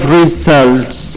results